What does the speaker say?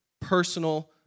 personal